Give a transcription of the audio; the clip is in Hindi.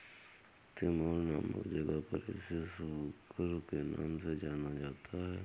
तिमोर नामक जगह पर इसे सुकर के नाम से जाना जाता है